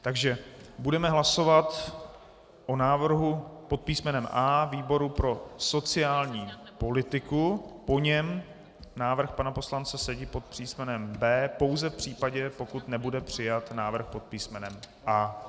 Takže budeme hlasovat o návrhu pod písmenem A výboru pro sociální politiku, po něm o návrhu pana poslance Sedi pod písmenem B pouze v případě, že nebude přijat návrh pod písmenem A.